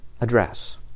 address